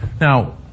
Now